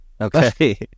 Okay